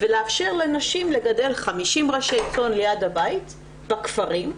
ולאפשר לנשים לגדל 50 ראשי צאן ליד הבית בכפרים,